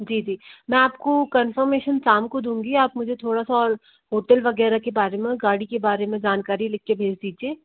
जी जी मैं आप को कनफ़ौमेशन शाम को दूँगी आप मुझे थोड़ा सा और होटल वग़ैरह के बारे में गाड़ी के बारे में जानकारी लिख के भेज दीजिए